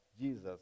Jesus